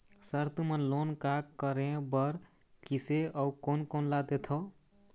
Sir तुमन loan का का करें बर, किसे अउ कोन कोन ला देथों?